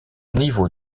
niveau